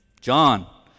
John